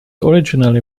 originally